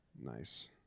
Nice